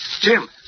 Jim